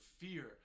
fear